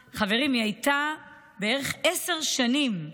ובערך עשר שנים,